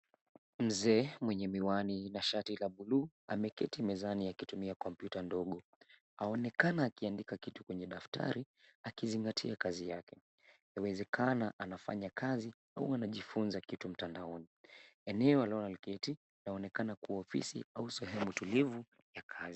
Mzee mwenye miwani na shati la buluu ameketi mezani akitumia kompyuta ndogo. Aonekana akiandika kitu kwenye daftari akizingatia kazi yake. Yawezekana anafanya kazi au anajifunza kitu mtandaoni. Eneo aliloketi linaonekana kuwa ofisi au sehemu tulivu ya kazi.